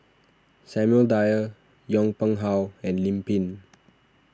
Samuel Dyer Yong Pung How and Lim Pin